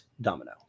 Domino